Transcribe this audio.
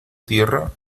tierra